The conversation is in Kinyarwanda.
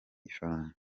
ifaranga